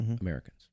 Americans